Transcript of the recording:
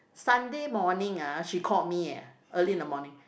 Sunday morning ah she called me eh early in the morning